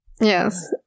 Yes